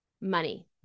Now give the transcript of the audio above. money